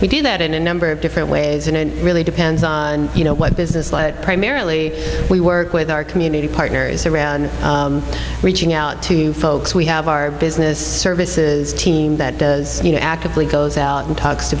we do that in a number of different ways and it really depends on what business primarily we work with our community partner is reaching out to folks we have our business services team that does you know actively goes out and talks to